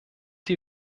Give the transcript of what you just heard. die